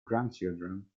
grandchildren